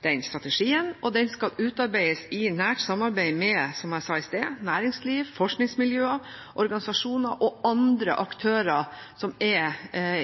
den strategien, og den skal utarbeides i nært samarbeid med – som jeg sa i sted – næringsliv, forskningsmiljøer, organisasjoner og andre aktører som er